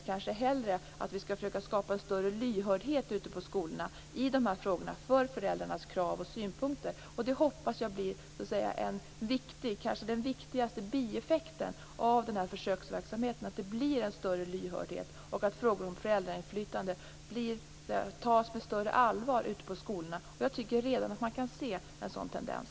Vi kanske hellre skall försöka skapa en större lyhördhet ute på skolorna i dessa frågor för föräldrarnas krav och synpunkter. Det hoppas jag blir en viktig, och kanske den viktigaste, bieffekten av denna försöksverksamhet och att frågor om föräldrainflytande tas på större allvar ute på skolorna. Jag tycker att man redan kan se en sådan tendens.